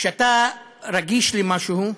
כשאתה רגיש למשהו,